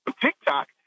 TikTok